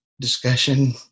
discussion